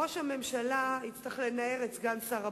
ראש הממשלה יצטרך לנער את סגן שר הבריאות,